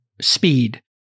speed